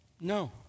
no